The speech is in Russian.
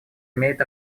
имеет